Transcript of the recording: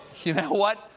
you know what?